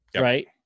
Right